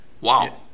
Wow